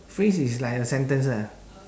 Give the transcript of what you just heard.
phrase is like a sentence ah